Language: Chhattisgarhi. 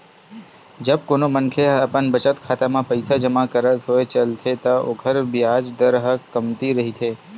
जब कोनो मनखे ह अपन बचत खाता म पइसा जमा करत होय चलथे त ओखर बियाज दर ह कमती रहिथे